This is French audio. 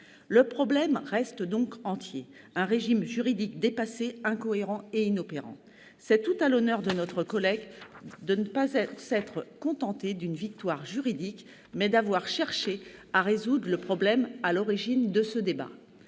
Le problème reste donc entier : un régime juridique dépassé, incohérent et inopérant. C'est tout à l'honneur de notre collègue de ne pas s'être contentée d'une « victoire » juridique, mais d'avoir cherché à résoudre le problème à l'origine de ce débat.